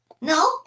No